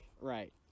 Right